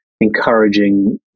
encouraging